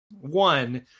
one